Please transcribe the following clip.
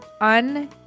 un